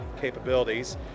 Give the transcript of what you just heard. capabilities